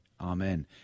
Amen